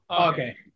okay